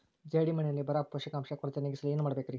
ಜೇಡಿಮಣ್ಣಿನಲ್ಲಿ ಬರೋ ಪೋಷಕಾಂಶ ಕೊರತೆ ನೇಗಿಸಲು ಏನು ಮಾಡಬೇಕರಿ?